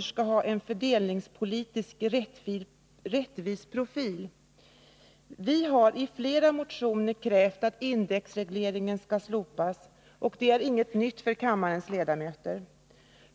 skatteomläggningen skall ha en fördelningspolitiskt rättvis profil. Vi har i flera motioner krävt att indexregleringen skall slopas, och det är alltså ingenting nytt för kammarens ledamöter.